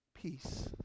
peace